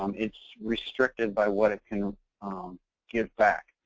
um it's restricted by what it can give back.